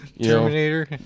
Terminator